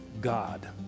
God